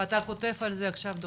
ואתה כותב על זה עכשיו דוקטורט.